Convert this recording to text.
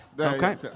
okay